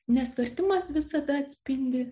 nes vertimas visada atspindi